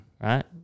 right